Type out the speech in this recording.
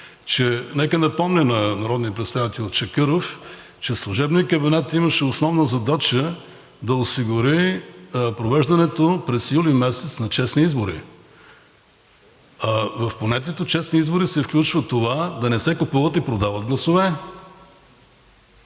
нека напомня на народния представител Чакъров, че служебният кабинет имаше основна задача да осигури провеждането през месец юли на честни избори. В понятието честни избори се включва това да не се купуват и продават гласове.